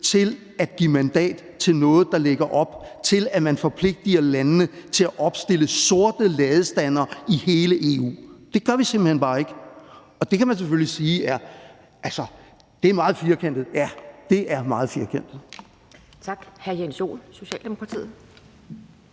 til at give mandat til noget, der lægger op til, at man forpligter landene til at opstille sorte landestandere i hele EU. Det gør vi simpelt hen bare ikke, og det kan man selvfølgelig sige altså er meget firkantet. Ja, det er meget firkantet. Kl.